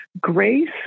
Grace